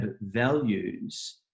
values